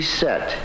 set